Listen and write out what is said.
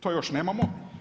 To još nemamo.